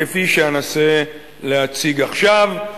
כפי שאנסה להציג עכשיו.